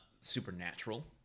Supernatural